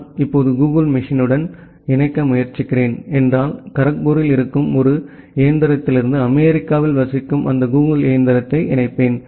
நான் இப்போது கூகிள் மெஷினுடன் இணைக்க முயற்சிக்கிறேன் என்றால் கரக்பூரில் இருக்கும் ஒரு இயந்திரத்திலிருந்து அமெரிக்காவில் வசிக்கும் அந்த கூகிள் இயந்திரத்தை இணைப்பேன்